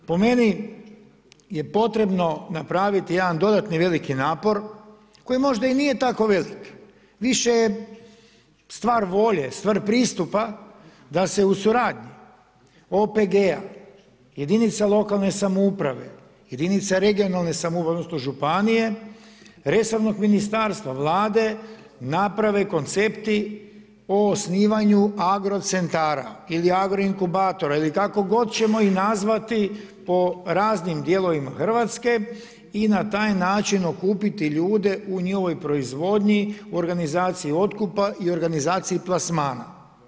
Po meni je potrebno napraviti jedan dodatni veliki napor koji možda i nije tako velik, više je stvar volje, stvar pristupa da se u suradnji OPG-a, jedinica lokalne samouprave, jedinice regionalne samouprave odnosno županije, resornog ministarstva, Vlade naprave koncepti o osnivanju agrocentara ili agroinkubatora ili kako god ćemo ih nazvati po raznim dijelovima Hrvatske i na taj način okupiti ljude u njihovoj proizvodnji, u organizaciji otkupa i organizaciji plasmana.